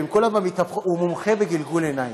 והוא מומחה בגלגול עיניים.